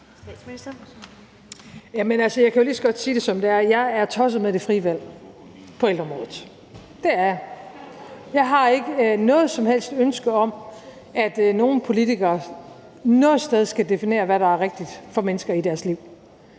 Jeg er tosset med det frie valg på ældreområdet. Det er jeg. Jeg har ikke noget som helst ønske om, at nogen politikere noget sted skal definere, hvad der er rigtigt for mennesker i deres liv.